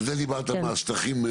על זה דיברת מהשטחים.